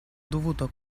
dovuto